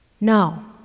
No